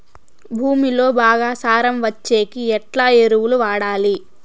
భూమిలో బాగా సారం వచ్చేకి ఎట్లా ఎరువులు వాడాలి?